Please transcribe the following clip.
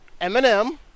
Eminem